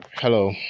Hello